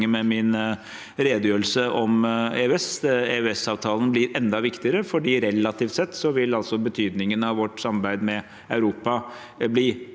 med min redegjørelse om EØS. EØS-avtalen blir enda viktigere, for relativt sett vil betydningen av vårt samarbeid med Europa bli enda